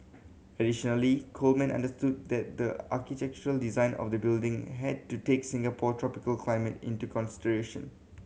additionally Coleman understood that the architectural design of the building had to take Singapore's tropical climate into consideration